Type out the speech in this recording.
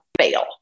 fail